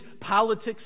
politics